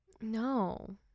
No